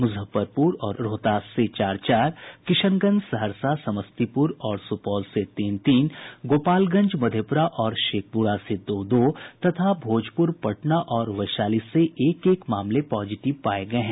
मुजफ्फरपुर और रोहतास से चार चार किशनगंज सहरसा समस्तीपुर और सुपौल से तीन तीन गोपालगंज मधेपुरा और शेखपुरा से दो दो तथा भोजपूर पटना और वैशाली से एक एक मामले पॉजिटिव पाये गये हैं